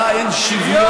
אין שוויון שם.